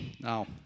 Now